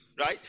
Right